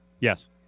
Yes